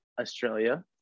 Australia